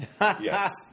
yes